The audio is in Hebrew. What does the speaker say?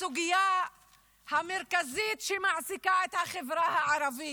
לסוגיה המרכזית שמעסיקה את החברה הערבית: